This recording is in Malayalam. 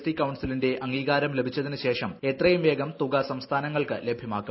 ടി കൌൺസിലിന്റ അംഗീകാരം ലഭിച്ചതിനുശേഷം എത്രയുംവേഗം തുക സംസ്ഥാനങ്ങൾക്ക് ലഭ്യമാക്കും